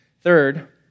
Third